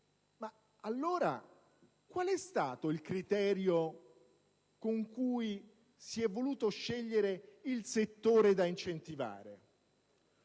ma allora, quale è stato il criterio con cui si è voluto scegliere il settore da incentivare?